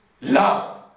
love